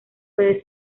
puede